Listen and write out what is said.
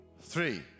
Three